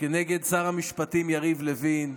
נגד שר המשפטים יריב לוין.